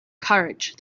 courage